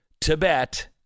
Tibet